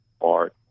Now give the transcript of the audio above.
art